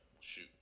shoot